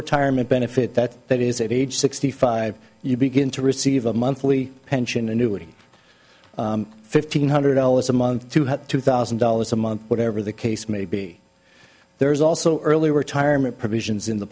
retirement benefit that that is age sixty five you begin to receive a monthly pension annuity fifteen hundred dollars a month to have two thousand dollars a month whatever the case may be there's also early retirement provisions in the